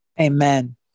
Amen